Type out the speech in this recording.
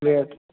litre